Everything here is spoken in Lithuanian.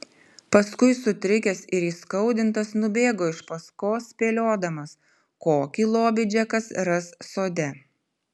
paskui sutrikęs ir įskaudintas nubėgo iš paskos spėliodamas kokį lobį džekas ras sode